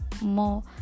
more